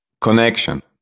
Connection